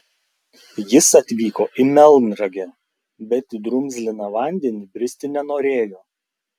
jis atvyko į melnragę bet į drumzliną vandenį bristi nenorėjo